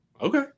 Okay